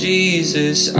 Jesus